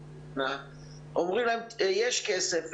אומרים להם: יש כסף,